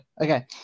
Okay